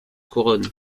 couronne